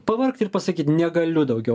pavargt ir pasakyt negaliu daugiau